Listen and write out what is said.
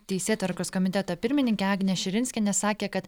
teisėtvarkos komiteto pirmininkė agnė širinskienė sakė kad